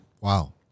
Wow